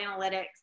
Analytics